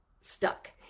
stuck